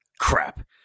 Crap